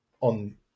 on